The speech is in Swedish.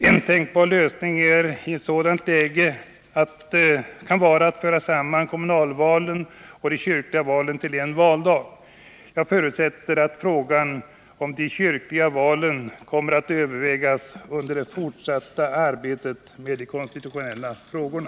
En tänkbar lösning i ett sådant läge kan vara att föra samman kommunalvalen och de kyrkliga valen till en valdag. Jag förutsätter att frågar. om de kyrkliga valen kommer att övervägas under det fortsatta arbetet med de konstitutionella frågorna.